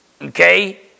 okay